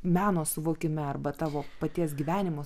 meno suvokime arba tavo paties gyvenimo